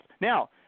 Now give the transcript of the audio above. Now